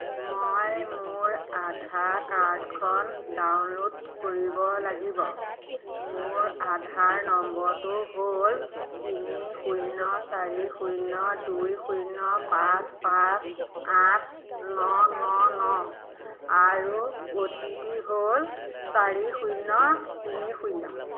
মই মোৰ আধাৰ কাৰ্ডখন ডাউনল'ড কৰিব লাগিব মোৰ আধাৰ নম্বৰটো হ'ল তিনি শূন্য চাৰি শূন্য দুই শূন্য পাঁচ পাঁচ আঠ ন ন ন আৰু অ' টি পি হ'ল চাৰি শূন্য তিনি শূন্য